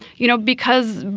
you know, because.